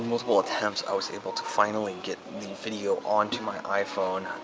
multiple attempts, i was able to finally get the video onto my iphone.